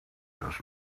just